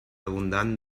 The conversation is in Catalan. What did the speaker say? abundant